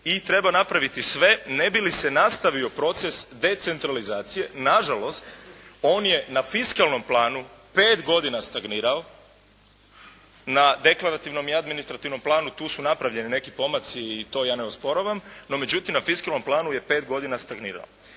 i treba napraviti sve ne bi li se nastavio proces decentralizacije. Na žalost on je na fiskalnom planu pet godina stagnirao, na deklarativnom i administrativnom planu tu su napravljeni neki pomaci i to ja ne osporavam. No, međutim, na fiskalnom planu je pet godina stagnirao.